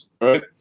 right